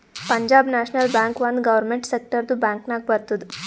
Punjab National Bank ಒಂದ್ government ಸೆಕ್ಟರ್ದು bank ನಾಗ್ ಬರ್ತುದ್